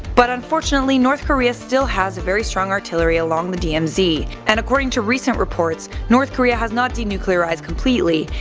but unfortunately, north korea still has a very strong artillery along the dmz, and according to recent reports, north korea has not denuclearized denuclearized completely,